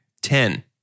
ten